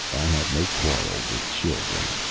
i have no quarrel with children.